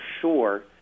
sure